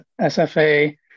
SFA